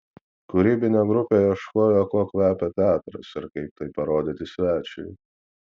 kūrybinė grupė ieškojo kuo kvepia teatras ir kaip tai parodyti svečiui